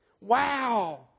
Wow